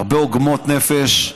הרבה עוגמת נפש.